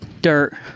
dirt